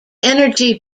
energy